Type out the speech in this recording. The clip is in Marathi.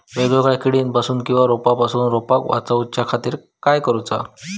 वेगवेगल्या किडीपासून किवा रोगापासून रोपाक वाचउच्या खातीर काय करूचा?